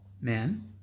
man